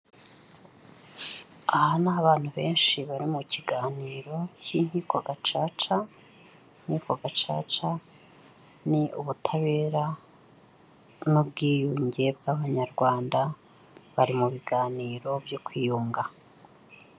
Aha ni aho abantu benshi bari mu kiganiro cy'inkiko gacaca. Inkiko gacaca ni ubutabera n'ubwiyunge bw'abanyarwanda bari mu biganiro byo kwiyunga.